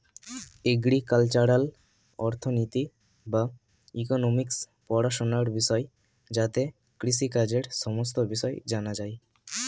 agricultural অর্থনীতি বা economics পড়াশোনার বিষয় যাতে কৃষিকাজের সমস্ত বিষয় জানা যায়